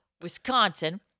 Wisconsin